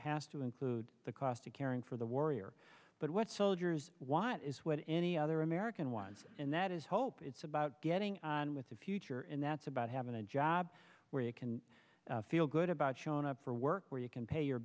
has to include the cost of caring for the warrior but what soldiers want is what any other american ones and that is hope it's about getting on with the future and that's about having a job where you can feel good about showing up for work where you can pay your